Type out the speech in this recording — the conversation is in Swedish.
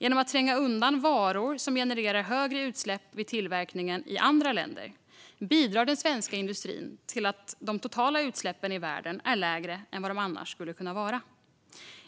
Genom att tränga undan varor som generar högre utsläpp vid tillverkningen i andra länder bidrar den svenska industrin till att de totala utsläppen i världen är lägre än vad de annars skulle kunna vara.